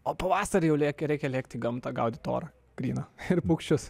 o pavasarį jau lėki reikia lėkt į gamtą gaudyt orą gryną ir paukščius